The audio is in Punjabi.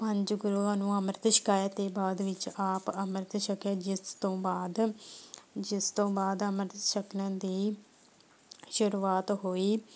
ਪੰਜ ਗੁਰੂਆਂ ਨੂੰ ਅੰਮ੍ਰਿਤ ਛਕਾਇਆ ਅਤੇ ਬਾਅਦ ਵਿੱਚ ਆਪ ਅੰਮ੍ਰਿਤ ਛਕਿਆ ਜਿਸ ਤੋਂ ਬਾਅਦ ਜਿਸ ਤੋਂ ਬਾਅਦ ਅੰਮ੍ਰਿਤ ਛਕਣ ਦੀ ਸ਼ੁਰੂਆਤ ਹੋਈ